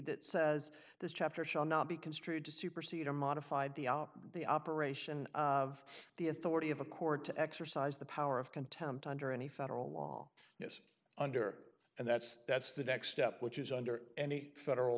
that says the chapter shall not be construed to supersede or modified the the operation of the authority of a court to exercise the power of contempt under any federal law is under and that's that's the next step which is under any federal